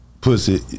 pussy